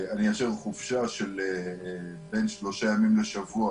אני אאשר חופש של בין שלושה ימים לשבוע